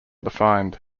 defined